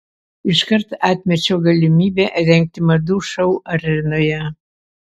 iškart atmečiau galimybę rengti madų šou arenoje